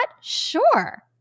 sure